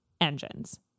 engines